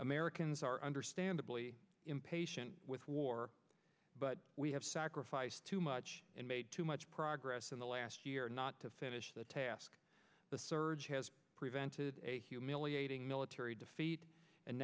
americans are understandably impatient with war but we have sacrificed too much and made too much progress in the last year not to finish the task the surge has prevented a humiliating military defeat and